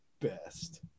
best